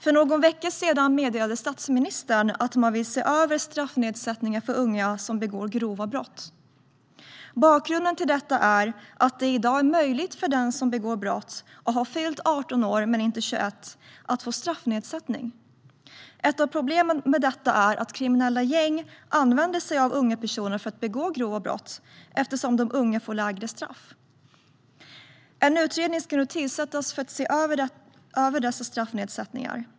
För någon vecka sedan meddelade statsministern att regeringen vill se över straffnedsättningar för unga som begår grova brott. Bakgrunden till detta är att det i dag är möjligt för den som begår brott och har fyllt 18 år men inte 21 år att få straffnedsättning. Ett av problemen med detta är att kriminella gäng använder sig av unga personer för att begå grova brott eftersom de unga får lägre straff. En utredning ska nu tillsättas för att se över dessa straffnedsättningar.